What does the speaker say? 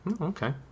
Okay